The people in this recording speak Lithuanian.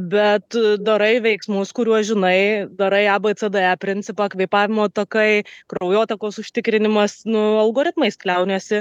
bet darai veiksmus kuriuos žinai darai abcde principą kvėpavimo takai kraujotakos užtikrinimas nu algoritmais kliauniesi